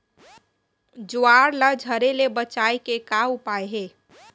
ज्वार ला झरे ले बचाए के का उपाय हे?